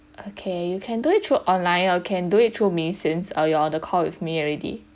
okay you can do it through online or can do it through machines or you order call with me already